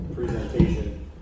presentation